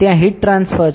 ત્યાં heat transfer છે